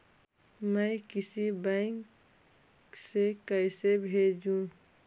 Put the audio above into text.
मैं किसी बैंक से कैसे भेजेऊ